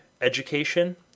education